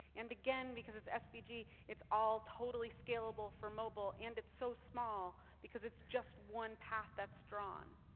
and again, because it's svg, yeah ah it's all totally scalable for mobile, and it's so small, because it's just one path that's drawn.